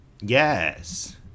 Yes